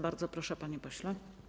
Bardzo proszę, panie pośle.